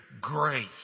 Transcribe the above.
grace